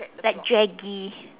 like draggy